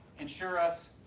insure us,